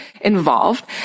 involved